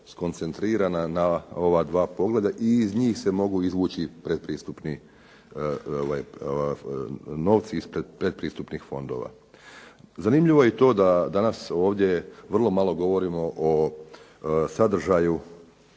skoncentrirana na ova dva poglavlja i iz njih se mogu izvući predpristupni, novci iz predpristupnih fondova. Zanimljivo je i to da danas ovdje vrlo malo govorimo o sadržaju